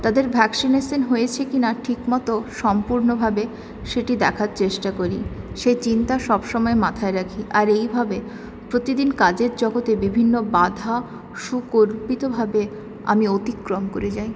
তাদের ভ্যাক্সিনেশন হয়েছে কি না ঠিকমতো সম্পূর্ণভাবে সেটি দেখার চেষ্টা করি সেই চিন্তা সব সময় মাথায় রাখি আর এইভাবে প্রতিদিন কাজের জগতে বিভিন্ন বাধা সুকল্পিতভাবে আমি অতিক্রম করে যাই